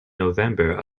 november